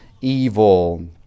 evil